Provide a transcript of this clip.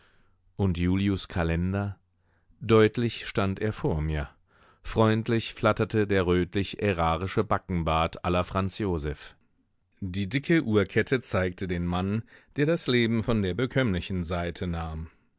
und julius kalender deutlich stand er vor mir freundlich flatterte der rötlich ärarische backenbart la franz josef die dicke uhrkette zeigte den mann der das leben von der bekömmlichen seite nahm